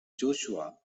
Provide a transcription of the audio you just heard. joshua